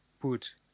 put